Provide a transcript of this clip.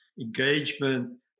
engagement